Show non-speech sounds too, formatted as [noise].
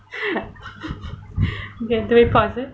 [laughs] yes do we pause it